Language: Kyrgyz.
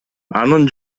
анын